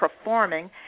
performing